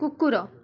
କୁକୁର